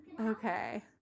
Okay